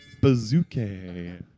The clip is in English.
bazooka